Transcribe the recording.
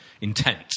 intent